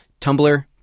Tumblr